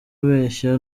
ubeshya